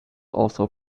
also